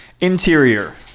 Interior